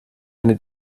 eine